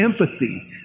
empathy